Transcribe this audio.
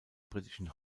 britischen